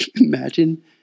Imagine